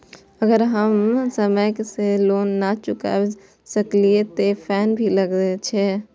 अगर हम समय से लोन ना चुकाए सकलिए ते फैन भी लगे छै?